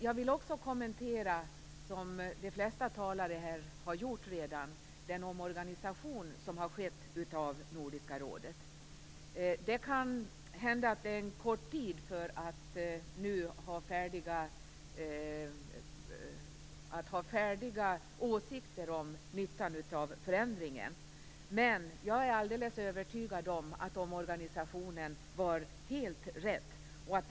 Jag vill också kommentera, vilket de flesta talare här redan har gjort, den omorganisation som har skett av Nordiska rådet. Det kan hända att det nu är för tidigt att ha färdiga åsikter om nyttan av förändringen. Men jag är alldeles övertygad om att omorganisationen var helt rätt.